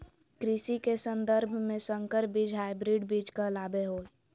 कृषि के सन्दर्भ में संकर बीज हायब्रिड बीज कहलाबो हइ